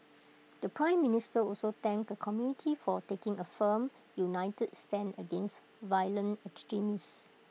the Prime Minister also thanked the community for taking A firm united stand against violent extremism